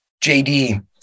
JD